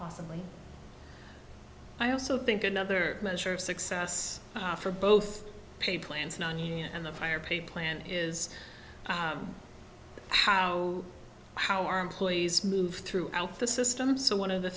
possibly i also think another measure of success for both pay plans nonunion and the higher pay plan is how how our employees move throughout the system so one of the